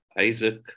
Isaac